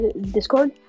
Discord